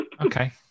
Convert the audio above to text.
Okay